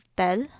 tell